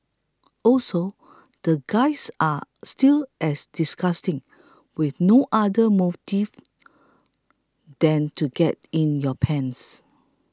also the guys are still as disgusting with no other motives than to get in your pants